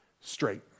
straight